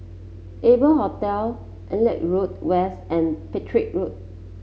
Adler Hostel Auckland Road West and Petir Road